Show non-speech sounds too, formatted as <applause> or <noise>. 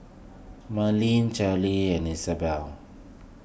Marylyn <unintelligible> and Isabelle